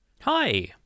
Hi